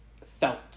felt